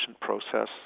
process